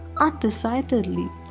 undecidedly